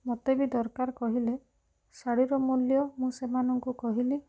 ମତେ ବି ଦରକାର କହିଲେ ଶାଢ଼ୀର ମୂଲ୍ୟ ମୁଁ ସେମାନଙ୍କୁ କହିଲି